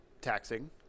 taxing